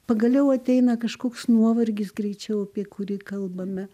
pagaliau ateina kažkoks nuovargis greičiau apie kurį kalbame